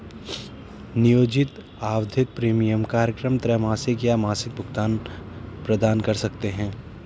नियोजित आवधिक प्रीमियम कार्यक्रम त्रैमासिक या मासिक भुगतान प्रदान कर सकते हैं